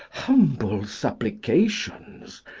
humble supplications,